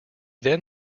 then